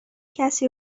کسی